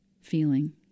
feeling